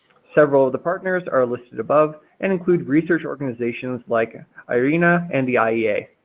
several of the partners are listed above and include research organizations like ah ah irena and the iea,